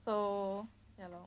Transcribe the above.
so ya lor